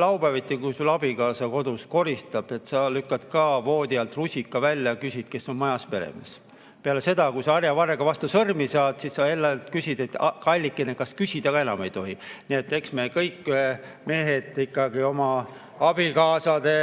laupäeviti, kui sul abikaasa kodus koristab, sa lükkad voodi alt rusika välja ja küsid, kes on majas peremees. Peale seda, kui sa harjavarrega vastu sõrmi saad, siis sa hellalt küsid, et kallikene, kas küsida ka enam ei tohi. Nii et eks me, mehed, ikkagi oma abikaasade